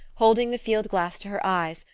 holding the field-glass to her eyes,